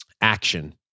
action